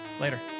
later